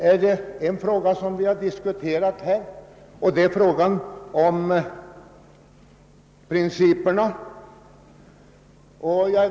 Vi har här diskuterat frågan om principerna.